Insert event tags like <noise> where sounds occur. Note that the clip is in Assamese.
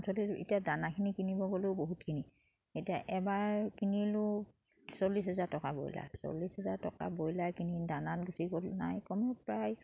<unintelligible> এতিয়া দানাখিনি কিনিব গ'লেও বহুতখিনি এতিয়া এবাৰ কিনিলোঁ চল্লিছ হেজাৰ টকা ব্ৰইলাৰ চল্লিছ হেজাৰ টকা ব্ৰইলাৰ কিনি দানাত গুচি গ'ল নাই কমেও প্ৰায়